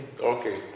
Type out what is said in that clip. Okay